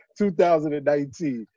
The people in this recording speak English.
2019